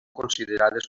considerades